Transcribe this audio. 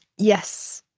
yes.